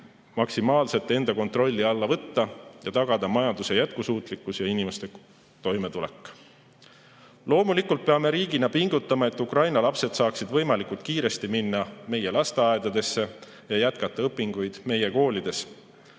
maksimaalselt enda kontrolli alla võtta ja tagada majanduse jätkusuutlikkus ja inimeste toimetulek. Loomulikult peame riigina pingutama, et Ukraina lapsed saaksid võimalikult kiiresti minna meie lasteaedadesse ja jätkata õpinguid meie koolides.